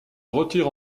retire